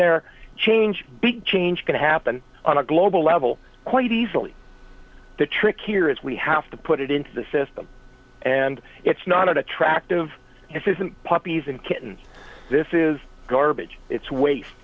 there change big change can happen on a global level quite easily the trick here is we have to put it into the system and it's not attractive this isn't puppies and kittens this is garbage it's wast